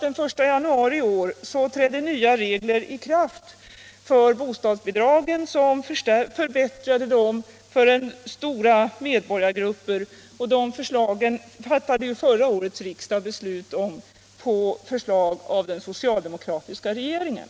Den 1 januari i år trädde nya regler i kraft för bostadsbidragen, som medförde förbättringar för stora medborgargrupper. Dessa förbättringar fattade förra årets riksdag beslut om på förslag av den socialdemokratiska regeringen.